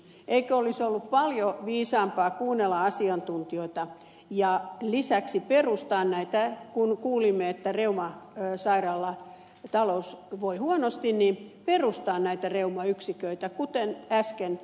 eikö olisi ollut paljon viisaampaa kuunnella asiantuntijoita ja lisäksi kun kuulimme että reuman sairaalan talous voi huonosti perustaa näitä reumayksiköitä kuten äsken ed